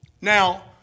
Now